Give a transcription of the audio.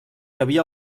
havia